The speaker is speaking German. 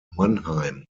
mannheim